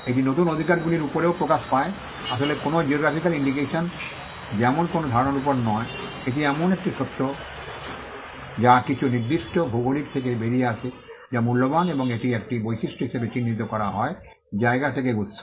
এটি নতুন অধিকারগুলির উপরেও প্রকাশ পায় আসলে কোনও জিওগ্রাফিকাল ইন্ডিকেশন যেমন কোনও ধারণার উপর নয় এটি এমন একটি সত্য যা কিছু নির্দিষ্ট ভৌগোলিক থেকে বেরিয়ে আসে যা মূল্যবান এবং এটি একটি বৈশিষ্ট্য হিসাবে চিহ্নিত করা হয় জায়গা থেকে উত্স